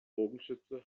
bogenschütze